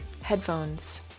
headphones